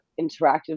interactive